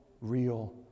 Real